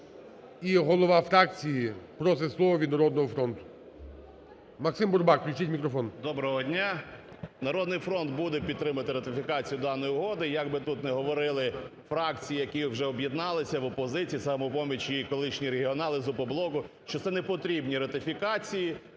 І голова фракції просить слово від "Народного фронту". Максим Бурбак. Включіть мікрофон. 10:56:10 БУРБАК М.Ю. Доброго дня! "Народний фронт" буде підтримувати ратифікацію даної угоди якби тут не говорили фракції, які вже об'єднались в опозицію, "Самопоміч" і колишні регіонали з "Опоблоку", що це не потрібні ратифікації,